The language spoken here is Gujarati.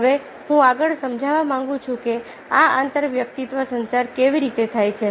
હવે હું આગળ સમજાવવા માંગુ છું કે આ આંતરવ્યક્તિત્વ સંચાર કેવી રીતે થાય છે